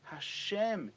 Hashem